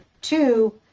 two